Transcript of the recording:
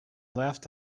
left